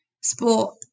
sport